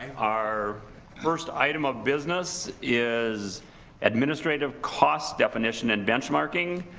our first item of business is administrative cost definition and benchmarking.